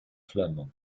flamand